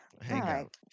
hangout